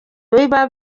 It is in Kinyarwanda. biba